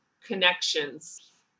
connections